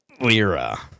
Lira